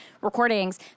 recordings